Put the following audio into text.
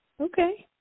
Okay